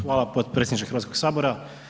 Hvala potpredsjedniče Hrvatskog sabora.